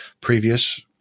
previous